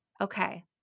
Okay